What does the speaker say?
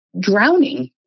drowning